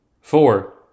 Four